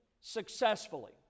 successfully